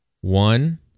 One